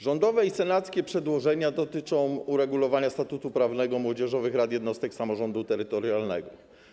Rządowe i senackie przedłożenia dotyczą uregulowania statusu prawnego młodzieżowych rad jednostek samorządu terytorialnego.